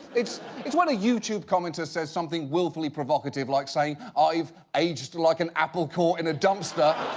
it's it's when a youtube commenter says something willfully provocative like saying, i've aged like an apple core in a dumpster.